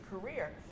career